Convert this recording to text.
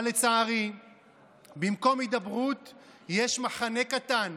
אבל לצערי במקום הידברות יש מחנה קטן,